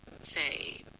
say